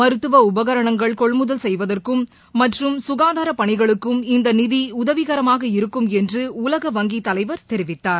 மருத்துவ உபகரணங்கள் கொள்முதல் செய்வதற்கும் மற்றும் சுகாதார பணிகளுக்கும் இந்த நிதி உதவிகரமாக இருக்கும் என்று உலக வங்கி தலைவர் தெரிவித்தார்